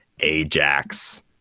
Ajax